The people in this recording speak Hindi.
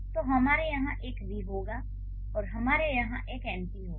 तो हमारे यहां एक वी होगा और हमारे यहां एक एनपी होगा